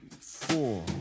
four